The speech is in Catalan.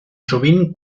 sovint